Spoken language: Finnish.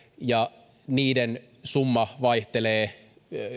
ja niiden summa vaihtelee